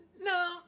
No